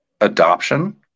adoption